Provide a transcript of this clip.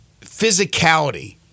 physicality